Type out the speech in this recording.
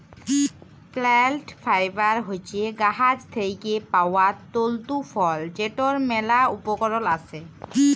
plant fibre হছে গাহাচ থ্যাইকে পাউয়া তল্তু ফল যেটর ম্যালা উপকরল আসে